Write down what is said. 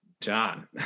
john